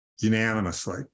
unanimously